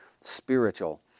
spiritual